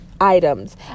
Items